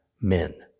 men